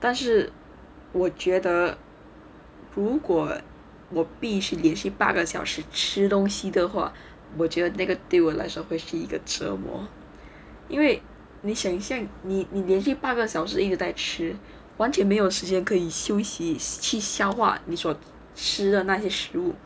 但是我觉得如果我必须连续八个小时吃东西的的话我觉得那个对我来说会是一个折磨因为你想象你你连续八个小时一直在吃完全没有时间可以休息去消化你所吃的那些食物